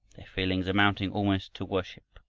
their feeling amounting almost to worship.